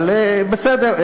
אבל בסדר,